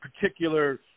particular